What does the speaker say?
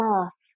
off